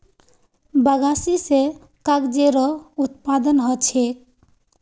बगासी स कागजेरो उत्पादन ह छेक